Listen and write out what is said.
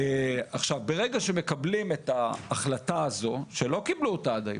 עכשיו ברגע שמקבלים את ההחלטה הזו שלא קיבלו אותה עד היום,